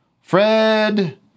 Fred